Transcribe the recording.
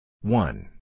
One